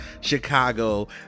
Chicago